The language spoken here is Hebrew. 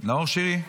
נאור שירי?